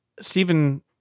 Stephen